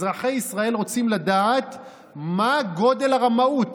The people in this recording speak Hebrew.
אזרחי ישראל רוצים לדעת מה גודל הרמאות.